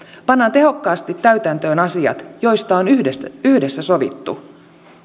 pannaan tehokkaasti täytäntöön asiat joista on yhdessä yhdessä sovittu